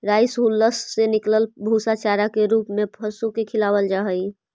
rice hulls से निकलल भूसा चारा के रूप में पशु के खिलावल जा हई